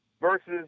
versus